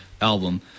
album